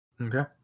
Okay